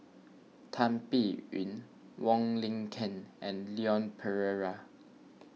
Tan Biyun Wong Lin Ken and Leon Perera